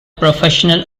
professional